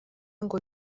ngo